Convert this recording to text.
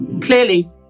clearly